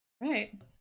Right